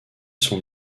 son